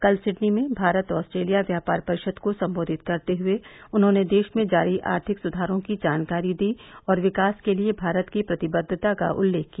कल सिडनी में भारत ऑस्ट्रेलिया व्यापार परिषद को संबोधित करते हुए उन्होंने देश में जारी आर्थिक सुधारों की जानकारी दी और विकास के लिए भारत की प्रतिबद्दता का उल्लेख किया